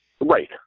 Right